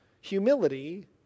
humility